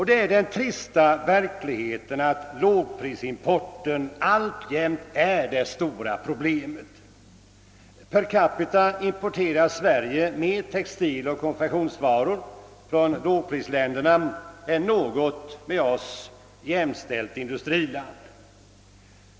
Det är den trista verkligheten att lågprisimporten alltjämt är det stora problemet. Per capita importerar Sverige mer textiloch konfektionsvaror från lågprisländerna än något med oss jämställt industriland.